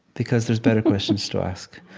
because there's better questions to ask.